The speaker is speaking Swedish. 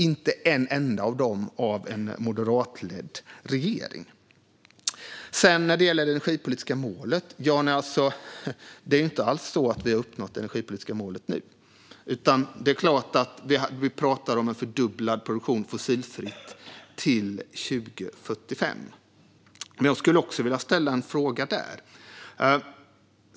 Inte en enda av dem har avvecklats av en moderatledd regering. När det gäller det energipolitiska målet är det inte alls så att vi nu har uppnått det. Vi pratar om en fördubblad produktion av fossilfritt till 2045. Jag skulle vilja ställa en fråga där.